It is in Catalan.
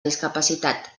discapacitat